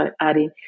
Ari